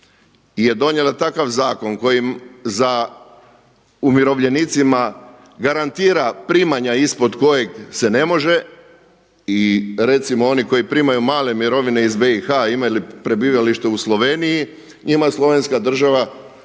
je donijela takav zakon koji umirovljenicima garantira primanja ispod kojeg se ne može i recimo oni koji primaju male mirovine iz BiH-a imaju prebivalište u Sloveniji njima slovenska država